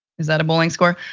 is that a bowling score?